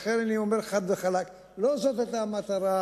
לכן אני אומר חד וחלק: לא זאת היתה המטרה,